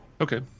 okay